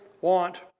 want